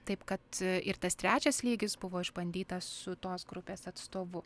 taip kad ir tas trečias lygis buvo išbandytas su tos grupės atstovu